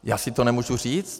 Já si to nemůžu říct?